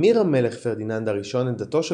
המיר המלך פרדיננד הראשון את דתו של